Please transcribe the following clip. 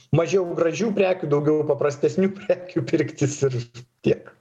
mažiau gražių prekių daugiau ir paprastesnių prekių pirktis ir tiek